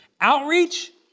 Outreach